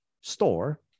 store